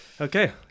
Okay